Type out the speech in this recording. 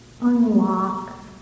unlock